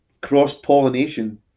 cross-pollination